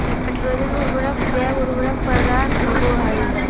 nitrogen उर्वरक जैव उर्वरक पदार्थ होबो हइ